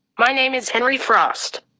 my name is henry frost.